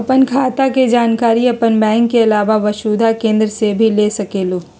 आपन खाता के जानकारी आपन बैंक के आलावा वसुधा केन्द्र से भी ले सकेलु?